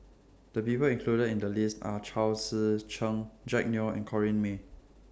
The People included in The list Are Chao Tzee Cheng Jack Neo and Corrinne May